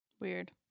Weird